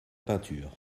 peinture